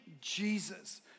Jesus